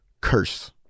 curse